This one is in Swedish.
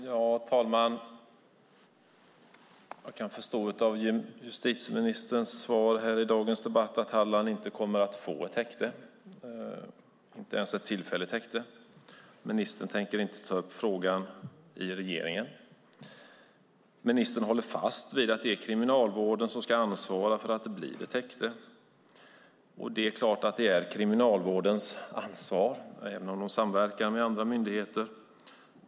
Fru talman! Jag kan förstå av justitieministerns svar i dagens debatt att Halland inte kommer att få ett häkte, inte ens ett tillfälligt häkte. Ministern tänker inte ta upp frågan i regeringen. Ministern håller fast vid att det är Kriminalvården som ska ansvara för att det blir ett häkte. Det är Kriminalvårdens ansvar, även om de samverkar med andra myndigheter.